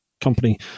company